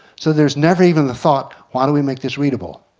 so there was never even the thought, why don't we make this readable.